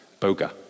BOGA